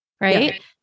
right